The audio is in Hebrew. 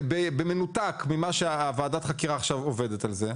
במנותק ממה שוועדת החקירה עכשיו עובדת על זה.